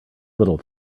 little